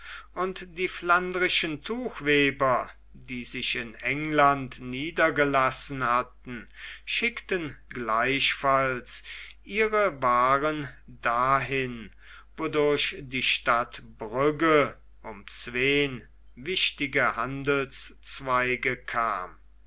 und die flandrischen tuchweber die sich in england niedergelassen hatten schickten gleichfalls ihre waaren dahin wodurch die stadt brügge um zwei wichtige handelszweige kam